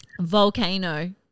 Volcano